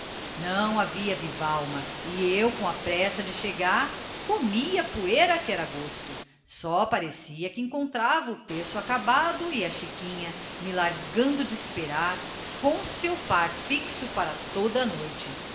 não havia viva alma e eu com a pressa de chegar comia poeira que era gosto só parecia que encontrava o terço acabado e a chiquinha me largando de esperar com seu par fixo para toda a noite